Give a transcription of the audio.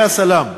יא סלאם.